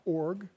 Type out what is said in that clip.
org